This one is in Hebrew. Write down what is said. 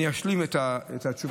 אני אשלים את התשובות.